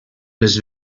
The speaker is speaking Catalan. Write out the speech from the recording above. les